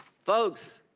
folks,